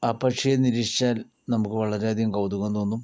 ആ പക്ഷിയെ നിരീക്ഷിച്ചാൽ നമുക്ക് വളരെ അധികം കൗതുകം തോന്നും